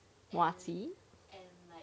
!wow!